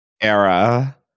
era